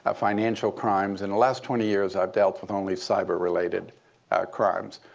ah financial crimes. in the last twenty years, i've dealt with only cyber-related crimes.